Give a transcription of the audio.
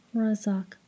razak